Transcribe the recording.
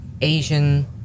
Asian